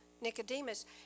Nicodemus